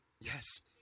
yes